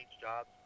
jobs